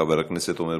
חבר הכנסת אייכלר,